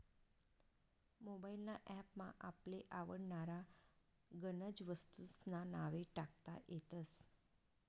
mobile ना app मा आपले आवडनारा गनज वस्तूंस्ना नावे टाकता येतस